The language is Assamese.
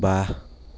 বাহ